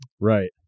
Right